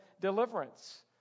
deliverance